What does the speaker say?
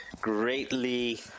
greatly